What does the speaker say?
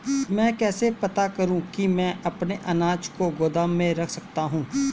मैं कैसे पता करूँ कि मैं अपने अनाज को गोदाम में रख सकता हूँ?